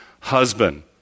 husband